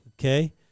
Okay